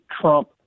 Trump